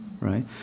right